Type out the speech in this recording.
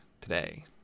today